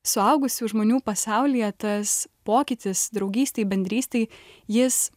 suaugusių žmonių pasaulyje tas pokytis draugystėj bendrystėj jis